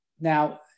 Now